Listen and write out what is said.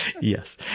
Yes